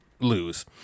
lose